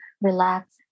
relax